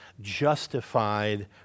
justified